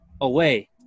away